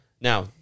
Now